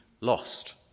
lost